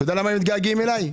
אתה יודע למה הם מתגעגעים אליי?